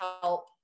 help